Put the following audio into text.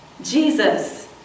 Jesus